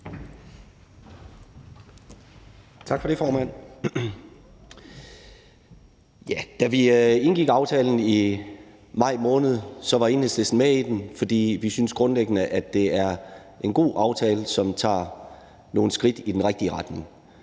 Tak for det, formand. Da vi indgik aftalen i maj måned, var Enhedslisten med i den, fordi vi grundlæggende synes, at det er en god aftale, som tager nogle skridt i den rigtige retning.